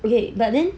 okay but then